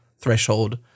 threshold